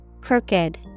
Crooked